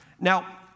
Now